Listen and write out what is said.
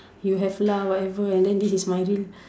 you have lah whatever and then this is my real